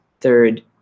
third